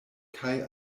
kaj